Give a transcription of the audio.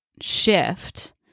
shift